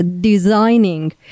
designing